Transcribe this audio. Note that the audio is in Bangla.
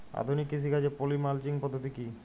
আধুনিক কৃষিকাজে পলি মালচিং পদ্ধতি কি?